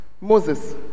Moses